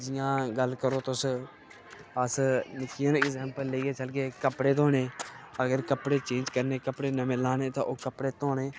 जियां गल्ल करो तुस अस निक्की नेही अंग्जैंपल लेइयै चलगे कपड़े धोने अगर कपड़े चेंज करने कपड़े नमें लाने ते ओह् कपड़े धोने